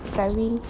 praveen